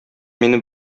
мине